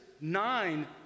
nine